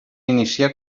iniciar